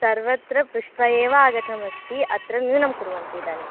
सर्वत्र पृष्ट्वा एव आगतमस्ति अत्र न्यूनं कुर्वन्तु इदानीं